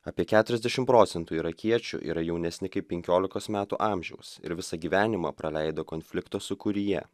apie keturiasdešimt procentų irakiečių yra jaunesni kaip penkiolikos metų amžiaus ir visą gyvenimą praleido konflikto sūkuryje